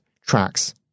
tracks